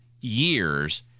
years